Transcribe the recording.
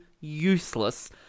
useless